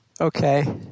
Okay